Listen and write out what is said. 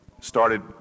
started